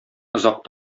озак